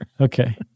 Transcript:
Okay